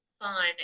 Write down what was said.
fun